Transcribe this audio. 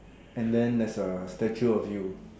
and then there's a statue of you